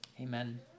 Amen